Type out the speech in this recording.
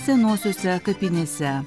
senosiose kapinėse